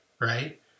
right